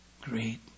great